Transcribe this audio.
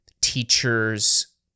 teachers